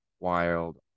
Wild